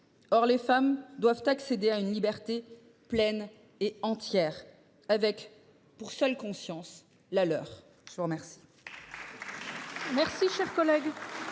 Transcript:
Or les femmes doivent accéder à une liberté pleine et entière, avec, pour seule conscience, la leur. La parole